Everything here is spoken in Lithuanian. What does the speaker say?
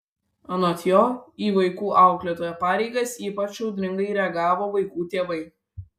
anot jo į vaikų auklėtojo pareigas ypač audringai reagavo vaikų tėvai